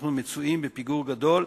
שאנחנו נמצאים בפיגור גדול,